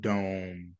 Dome